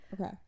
okay